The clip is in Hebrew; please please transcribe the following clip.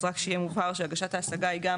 אז רק שיהיה מובהר שהגשת ההשגה היא גם